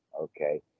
okay